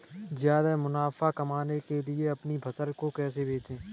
ज्यादा मुनाफा कमाने के लिए अपनी फसल को कैसे बेचें?